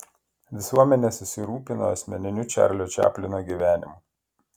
visuomenė susirūpino asmeniniu čarlio čaplino gyvenimu